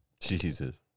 Jesus